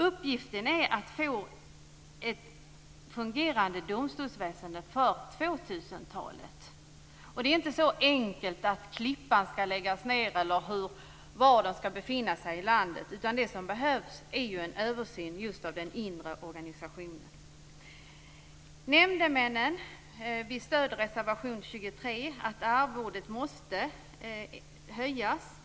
Uppgiften är att få till stånd ett fungerande domstolsväsende för 2000-talet. Det är inte så enkelt som att man kan lägga ned verksamheten i Klippan eller att det handlar om var i landet domstolarna skall finnas, utan det som behövs är just en översyn av den inre organisationen. Vi stöder reservation 23. Arvodet till nämndemännen måste höjas.